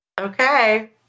Okay